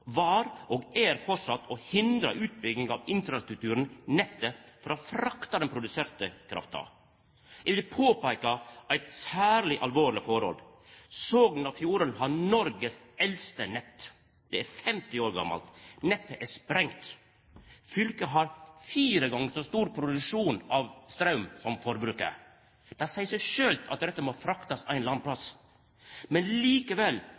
var, og er framleis, å hindra utbygging av infrastrukturen, nettet, for å frakta den produserte krafta. Eg vil påpeika eit særleg alvorleg forhold: Sogn og Fjordane har Noregs eldste nett. Det er 50 år gammalt. Nettet er sprengt. Fylket har fire gonger så stor produksjon av straum som forbruket. Det seier seg sjølv at dette må fraktast ein eller annan plass, men likevel